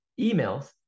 emails